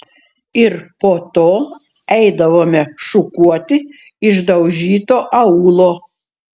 ir po to eidavome šukuoti išdaužyto aūlo